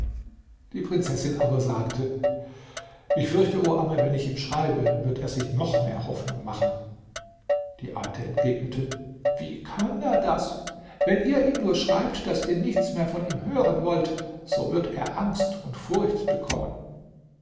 die prinzessin aber sagte ich fürchte o amme wenn ich ihm schreibe wird er sich noch mehr hoffnung machen die alte entgegnete wie kann er das wenn ihr ihm nur schreibt daß ihr nichts mehr von ihm hören wollt so wird er angst und furcht bekommen